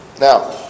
Now